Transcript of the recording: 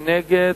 מי נגד?